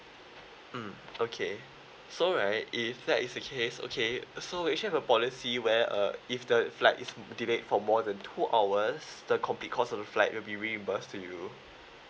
mm okay so right if that is the case okay so we actually have a policy where uh if the flight is delayed for more than two hours the complete cost of the flight will be reimbursed to you